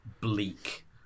bleak